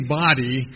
body